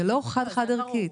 זה לא חד-חד ערכית,